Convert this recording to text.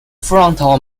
frontal